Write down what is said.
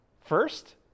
First